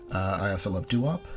i also love doo wop.